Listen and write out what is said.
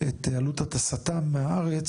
את עלות הטסתם מהארץ,